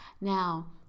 now